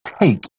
take